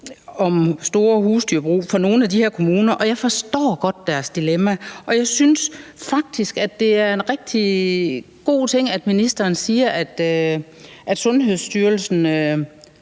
om store husdyrbrug fra nogle af de her kommuner, og jeg forstår godt deres dilemma, og jeg synes faktisk, at det er en rigtig god ting, at ministeren siger, at Sundhedsstyrelsen